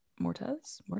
Mortez